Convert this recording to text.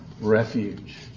refuge